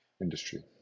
industry